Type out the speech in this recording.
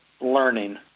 learning